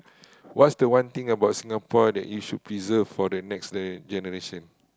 what's the one thing about Singapore that you should preserve for the next le~ generation